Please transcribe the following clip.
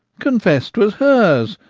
confess twas hers,